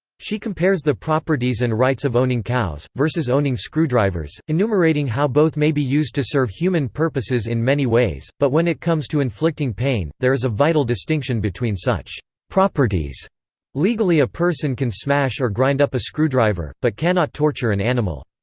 she compares the properties and rights of owning cows, versus owning screwdrivers, enumerating how both may be used to serve human purposes in many ways, but when it comes to inflicting pain, there is a vital distinction between such properties legally a person can smash or grind up a screwdriver, but cannot torture an animal.